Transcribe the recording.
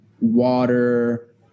water